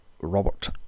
Robert